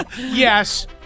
yes